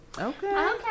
Okay